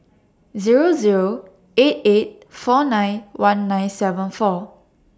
Zero Zero eight eight four nine one nine seven four